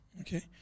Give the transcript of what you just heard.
okay